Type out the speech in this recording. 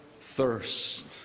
thirst